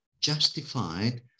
justified